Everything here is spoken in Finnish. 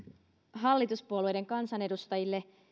hallituspuolueiden kansanedustajille